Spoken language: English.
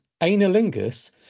analingus